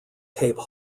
cape